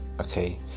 okay